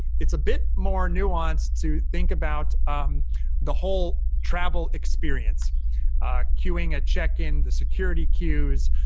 it's a bit more nuanced to think about um the whole travel experience queuing at check-in, the security queues,